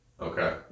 Okay